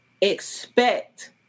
expect